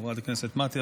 חברת הכנסת מטי,